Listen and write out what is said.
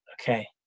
okay